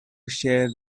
shear